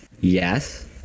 Yes